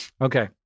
Okay